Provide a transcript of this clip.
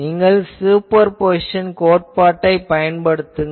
நீங்கள் சூப்பர்பொசிஷன் கோட்பாட்டை பயன்படுத்துங்கள்